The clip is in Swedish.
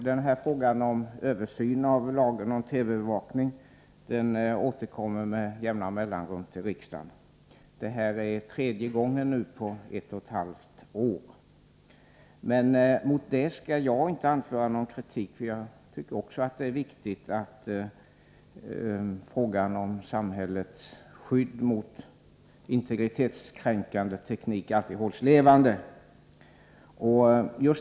Fru talman! Frågan om översyn av lagen om TV-övervakning återkommer med jämna mellanrum till riksdagen. Detta är tredje gången på ett och ett halvt år. Men mot det skall jag inte anföra någon kritik, därför att jag tycker också att det är viktigt att frågan om samhällets skydd mot integritetskränkande teknik alltid hålls levande.